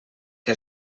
que